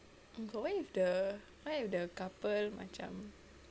oh my god what if the what if the couple macam